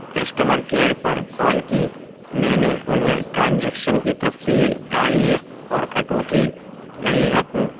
customer care پر call کی میں نے انہیں ٹرانزیکشن کی تفصیل تاریخ اور کٹوتی گئی رقم